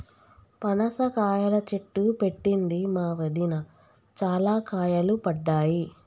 పనస కాయల చెట్టు పెట్టింది మా వదిన, చాల కాయలు పడ్డాయి